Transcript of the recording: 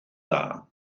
dda